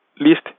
list